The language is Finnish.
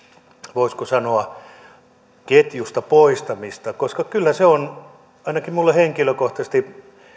voisiko sanoa ketjusta poistamista koska kyllä se on ainakin minulle henkilökohtaisesti